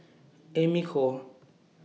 Amy Khor